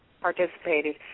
participated